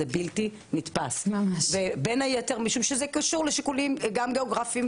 זה בלתי נתפס ובין היתר משום שזה קשור לשיקולים גם גאוגרפים,